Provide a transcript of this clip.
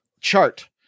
chart